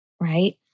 right